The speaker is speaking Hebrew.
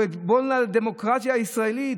הוא דיבר על הדמוקרטיה הישראלית,